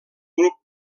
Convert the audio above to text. grup